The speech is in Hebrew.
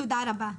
תודה רבה.